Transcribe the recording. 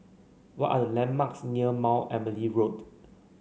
what are the landmarks near Mount Emily Road